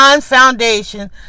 foundation